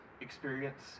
experience